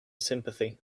sympathy